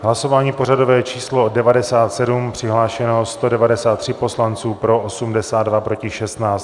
Hlasování pořadové číslo 97, přihlášeno 193 poslanců, pro 82, proti 16.